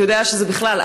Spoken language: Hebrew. אתה יודע: בכלל,